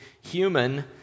Human